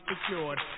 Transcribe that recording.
secured